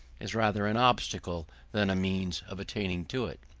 is rather an obstacle than a means of attaining to it.